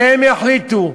שהם יחליטו?